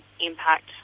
impact